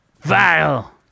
vile